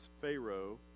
Pharaoh